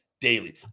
daily